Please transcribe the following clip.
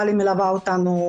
טלי מלווה אותנו,